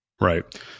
Right